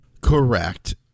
Correct